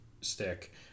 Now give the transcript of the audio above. stick